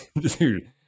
Dude